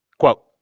quote,